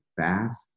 fast